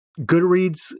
Goodreads